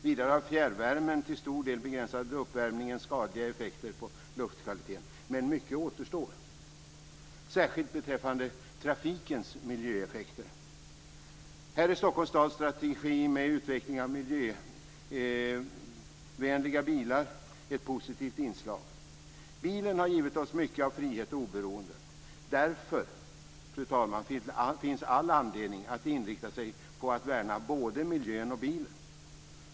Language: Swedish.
Vidare har fjärrvärmen till stor del begränsat uppvärmningens skadliga effekter på luftkvaliteten. Men mycket återstår, särskilt beträffande trafikens miljöeffekter. Här är Stockholms stads strategi med utveckling av miljövänliga bilar ett positivt inslag. Bilen har givit oss mycket av frihet och oberoende. Därför, fru talman, finns all anledning att inrikta sig på att värna både om miljön och bilen.